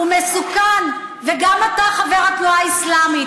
הוא מסוכן, וגם אתה חבר התנועה האסלאמית.